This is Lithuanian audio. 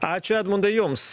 ačiū edmundai jums